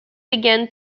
began